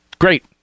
great